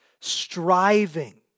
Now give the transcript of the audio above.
Striving